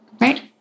right